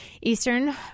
Eastern